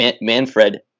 Manfred